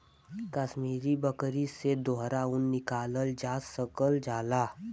कसमीरी बकरी से दोहरा ऊन निकालल जा सकल जाला